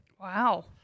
Wow